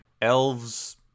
elves